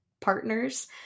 partners